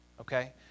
Okay